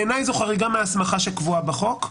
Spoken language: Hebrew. בעיניי זו חריגה מההסמכה שקבועה בחוק.